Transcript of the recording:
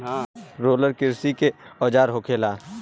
roller किरसी के औजार होखेला